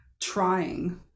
trying